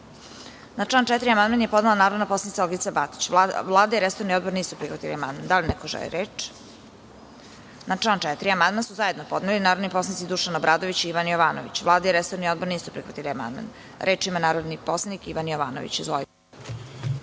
član 4. amandman je podnela narodni poslanik Olgica Batić. Vlada i resorni odbor nisu prihvatili amandman. Da li neko želi reč? (Ne.)Na član 4. amandman su zajedno podneli narodni poslanici Dušan Obradović i Ivan Jovanović. Vlada i resorni odbor nisu prihvatili amandman. Reč ima narodni poslanik Ivan Jovanović.